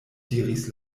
diris